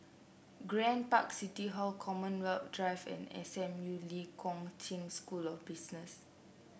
Grand Park City Hall Commonwealth Drive and S M U Lee Kong Chian School of Business